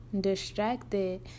distracted